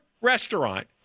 restaurant